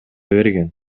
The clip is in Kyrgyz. берген